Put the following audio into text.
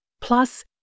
plus